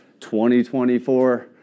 2024